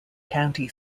county